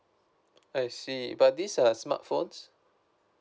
I see but these are smartphones